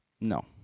No